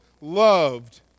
loved